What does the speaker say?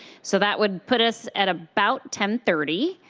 so, that would put us at about ten thirty.